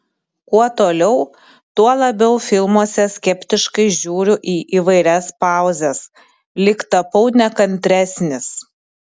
kuo toliau tuo labiau filmuose skeptiškai žiūriu į įvairias pauzes lyg tapau nekantresnis